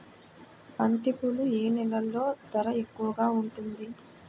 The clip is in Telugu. బంతిపూలు ఏ నెలలో ధర ఎక్కువగా ఉంటుంది?